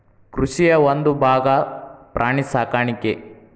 ಕೃಷಿಯ ಒಂದುಭಾಗಾ ಪ್ರಾಣಿ ಸಾಕಾಣಿಕೆ